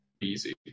easy